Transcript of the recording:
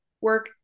work